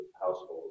households